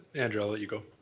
andrew i'll let you go.